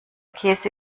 käse